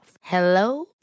Hello